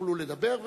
יוכל לדבר,